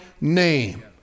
name